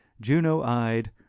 Juno-eyed